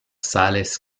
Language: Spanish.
sales